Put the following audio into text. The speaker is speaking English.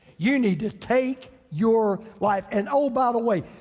you need to take your life. and oh, by the way,